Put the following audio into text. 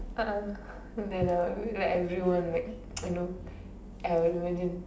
uh then uh like everyone like you know I'll imagine